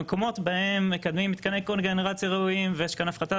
במקומות בהם מקדמים מתקני קוגנרציה ראויים ויש כאן הפחתה